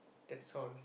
that's all